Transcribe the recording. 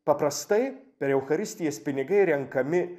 paprastai per eucharistijas pinigai renkami